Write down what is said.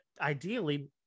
ideally